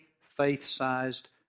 faith-sized